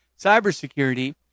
cybersecurity